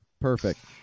Perfect